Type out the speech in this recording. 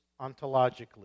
ontologically